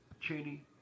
Cheney